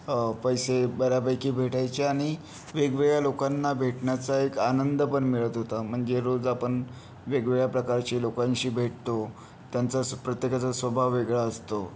पैसे बऱ्यापैकी भेटायचे आणि वेगवेगळ्या लोकांना भेटण्याचा एक आनंद पण मिळत होता म्हणजे रोज आपण वेगवेगळ्या प्रकारचे लोकांशी भेटतो त्यांचा स् प्रत्येकाचा स्वभाव वेगळा असतो